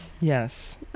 Yes